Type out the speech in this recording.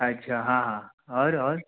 अच्छा हाँ हाँ और और